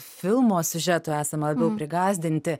filmo siužetų esam labiau prigąsdinti